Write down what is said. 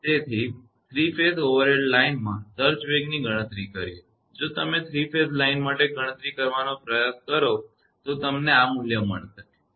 તેથી 3 phase overhead લાઇનમાં surge વેગની ગણતરી કરીએ જો તમે 3 ફેઝ લાઇન માટે ગણતરી કરવાનો પ્રયાસ કરો તો તમને આ મૂલ્ય મળશે બરાબર